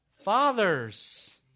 fathers